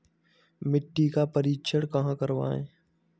मिट्टी का परीक्षण कहाँ करवाएँ?